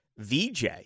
VJ